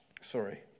Sorry